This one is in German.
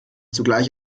zugleich